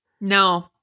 No